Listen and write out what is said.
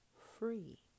free